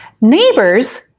Neighbors